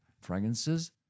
fragrances